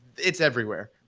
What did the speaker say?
it's everywhere,